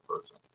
person